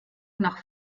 nach